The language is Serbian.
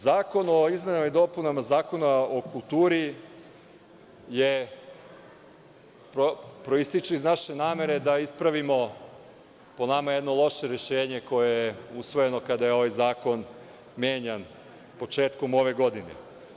Zakon o izmenama i dopuni Zakona o kulturi proističe iz naše namere da ispravimo, po nama, jedno loše rešenje koje je usvojeno kada je ovaj zakon menjan početkom ove godine.